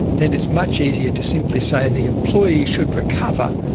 then it's much easier to simply say the employee should recover,